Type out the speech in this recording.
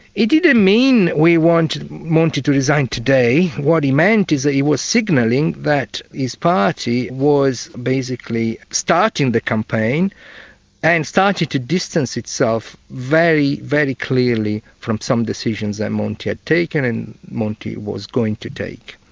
he didn't mean we want monti to resign today, what he meant is that he was signalling that his party was basically starting the campaign and started to distance itself very, very clearly from some decisions that monti had taken and monti was going to take.